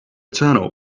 tunnel